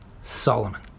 Solomon